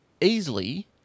easily